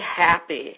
happy